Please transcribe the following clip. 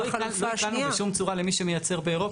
לא הגענו בשום צורה למי שמייצר באירופה.